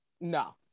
No